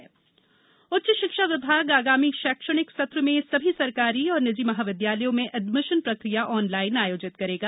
महाविद्यालय प्रवेश उच्च शिक्षा विभाग आगामी शैक्षणिक सत्र में सभी सरकारी और निजी महाविद्यालयों में एडमिशन प्रक्रिया ऑनलाइन आयोजित करेगा